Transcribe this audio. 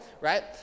right